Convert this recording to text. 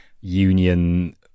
Union